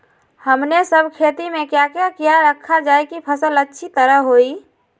हमने सब खेती में क्या क्या किया रखा जाए की फसल अच्छी तरह होई?